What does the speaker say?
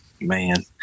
Man